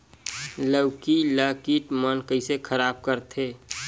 लौकी ला कीट मन कइसे खराब करथे?